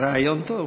רעיון טוב.